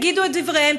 יגידו את דבריהם,